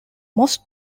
most